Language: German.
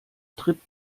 tripp